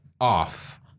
off